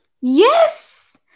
Yes